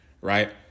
right